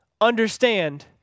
understand